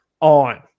on